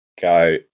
go